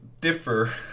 differ